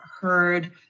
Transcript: heard